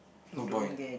no point ah